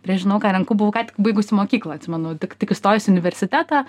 prie žinau ką renku buvau ką tik baigusi mokyklą atsimenu tik tik įstojus į universitetą